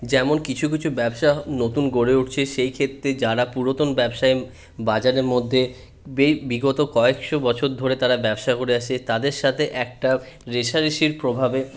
যেমন কিছু কিছু ব্যবসা নতুন গড়ে উঠছে সেই ক্ষেত্রে যারা পুরাতন ব্যবসা বাজারের মধ্যে বিগত কয়েকশো বছর ধরে তারা ব্যবসা করে আসছে তাদের সাথে একটা রেসারেসির প্রভাবে